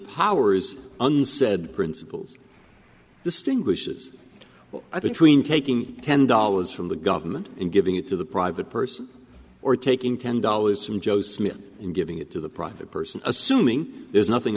powers unsaid principles distinguishes i think tween taking ten dollars from the government and giving it to the private person or taking ten dollars from joe smith and giving it to the private person assuming there's nothing